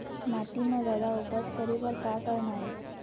माटी म जादा उपज करे बर का करना ये?